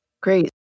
Great